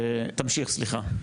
תמשיך, סליחה.